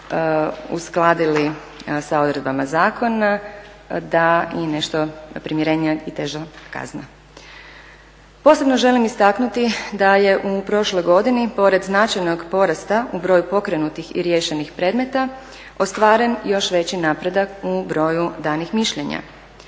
uskladili s odredbama zakona, da i nešto primjerenija i teža kazna. Posebno želim istaknuti da je u prošloj godini pored značajnog porasta u broju pokrenutih i riješenih predmeta ostvaren još veći napredak u broju danih mišljenja.